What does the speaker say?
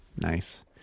Nice